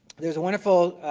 there is a wonderful